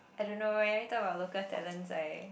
I don't know eh every time we talk about local talents I